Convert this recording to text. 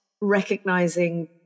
recognizing